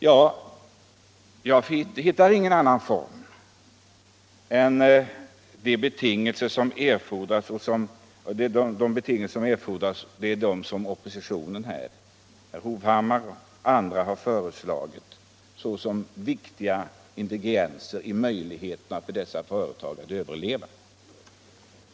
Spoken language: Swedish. Ja, jag hittar inga andra former för sådana åtgärder än de som från oppositionshåll, av herr Hovhammar och andra, har föreslagits såsom viktiga ingredienser i strävandena att få dessa företag att överleva.